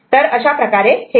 तर अशाप्रकारे हे होते